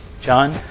John